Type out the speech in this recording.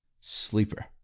sleeper